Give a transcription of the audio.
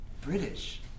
British